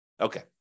Okay